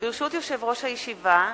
ברשות יושב-ראש הישיבה,